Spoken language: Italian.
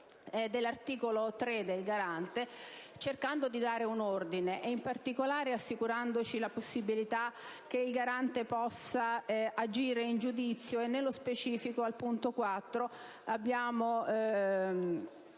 all'articolo 3, del Garante nazionale, cercando di dare un ordine e, in particolare, assicurandoci la possibilità che il Garante possa agire in giudizio. Nello specifico, al punto *k)* abbiamo